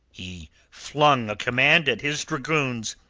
he flung a command at his dragoons.